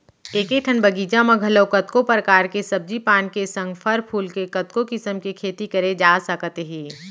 एके ठन बगीचा म घलौ कतको परकार के सब्जी पान के संग फर फूल के कतको किसम के खेती करे जा सकत हे